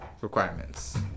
requirements